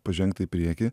pažengta į priekį